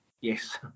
Yes